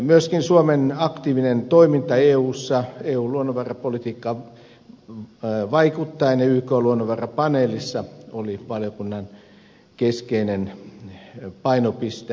myöskin suomen aktiivinen toiminta eussa eun luonnonvarapolitiikka vaikuttaa ja ykn luonnonvarapaneelissa oli valiokunnan keskeinen painopiste